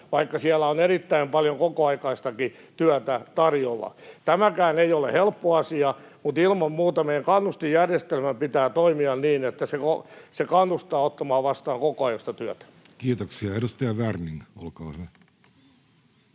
vaikka siellä on erittäin paljon kokoaikaistakin työtä tarjolla. Tämäkään ei ole helppo asia, mutta ilman muuta meidän kannustinjärjestelmän pitää toimia niin, että se kannustaa ottamaan vastaan kokoaikaista työtä. Kiitoksia. — Edustaja Werning, olkaa hyvä.